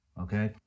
okay